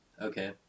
Okay